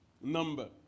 number